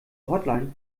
hotline